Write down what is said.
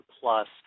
Plus